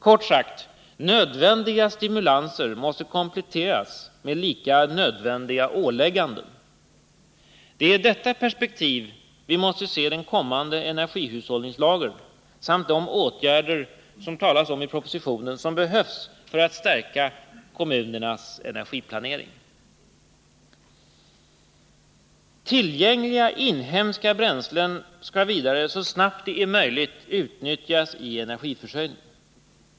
Kort sagt: Nödvändiga stimulanser måste kompletteras med lika nödvändiga ålägganden. Det är i detta perspektiv vi måste se den kommande energihushållningslagen samt de åtgärder som det talas om i propositionen och som behövs för att stärka kommunernas energiplanering. Tillgängliga inhemska bränslen skall vidare så snabbt det är möjligt utnyttjas i energiförsörjningen.